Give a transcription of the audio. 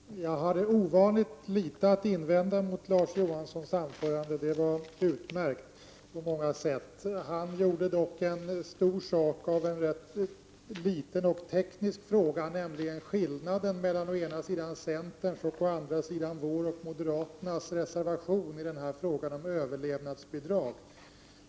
Herr talman! Jag hade ovanligt litet att invända mot Larz Johanssons anförande. Det var utmärkt på många sätt. Han gjorde dock en stor sak av en liten och teknisk fråga, nämligen skillnaden mellan å ena sidan centerns reservation och å andra sidan vår och moderaternas reservation i frågan om överlevnadsbidrag.